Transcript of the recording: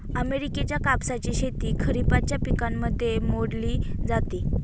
अमेरिकेच्या कापसाची शेती खरिपाच्या पिकांमध्ये मोडली जाते